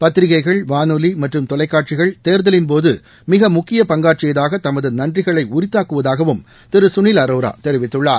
பத்திரிகைகள் வானொலி மற்றும் தொலைக்காட்சிகள் தேர்தலின்போது மிக முக்கிய பங்காற்றியதற்காக தமது நன்றிகளை உரித்தாக்குவதாக திரு சுனில் அரோரா தெரிவித்துள்ளார்